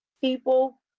people